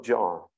John